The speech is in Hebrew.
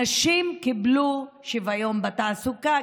הנשים קיבלו שוויון בתעסוקה,